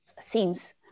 seems